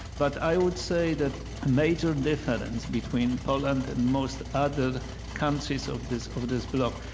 but i would say that major difference between poland and most other countries of this of this bloc,